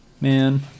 man